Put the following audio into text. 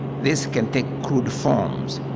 this can take crude forms.